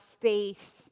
faith